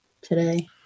today